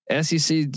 sec